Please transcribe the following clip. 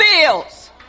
bills